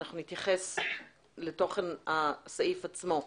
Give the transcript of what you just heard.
אנחנו נתייחס לתוכן הסעיף עצמו.